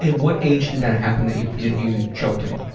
and what age did that happen, that you yeah you choked him?